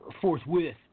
forthwith